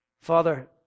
Father